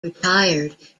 retired